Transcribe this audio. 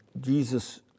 Jesus